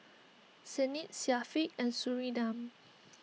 Senin Syafiq and Surinam